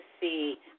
see